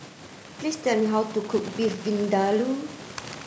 please tell me how to cook Beef Vindaloo